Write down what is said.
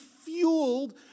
fueled